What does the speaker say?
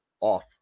off